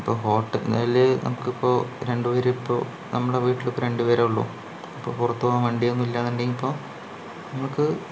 ഇപ്പോൾ ഹോട്ടലുകളില് നമുക്കിപ്പോൾ രണ്ട് പേരിപ്പോൾ നമ്മുടെ വീട്ടിൽ ഇപ്പോൾ രണ്ടു പേരെ ഉള്ളൂ അപ്പോൾ പുറത്തു പോകാൻ വണ്ടി ഒന്നുമില്ലാന്നുണ്ടെങ്കിൽ ഇപ്പോൾ നമുക്ക്